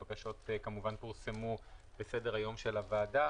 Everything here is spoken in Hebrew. הבקשות פורסמו בסדר היום של הוועדה.